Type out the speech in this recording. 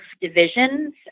divisions